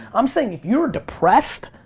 i'm saying if you are depressed,